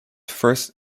first